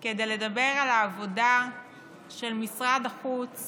גם כדי לדבר על העבודה של משרד החוץ